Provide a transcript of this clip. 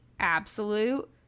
Absolute